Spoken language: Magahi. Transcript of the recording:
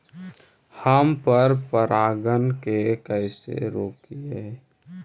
हम पर परागण के कैसे रोकिअई?